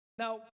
Now